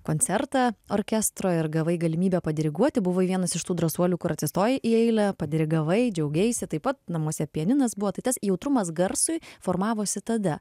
koncertą orkestro ir gavai galimybę padiriguoti buvai vienas iš tų drąsuolių kur atsistojai į eilę padirigavai džiaugeisi taip pat namuose pianinas buvo tai tas jautrumas garsui formavosi tada